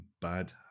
bad